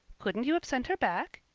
couldn't you have sent her back?